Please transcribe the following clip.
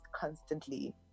constantly